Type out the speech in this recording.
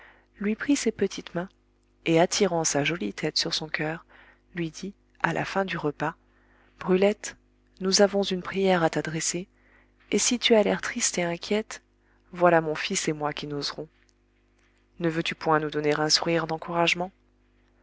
lui prit ses petites mains et attirant sa jolie tête sur son coeur lui dit à la fin du repas brulette nous avons une prière à t'adresser et si tu as l'air triste et inquiète voilà mon fils et moi qui n'oserons ne veux-tu point nous donner un sourire d'encouragement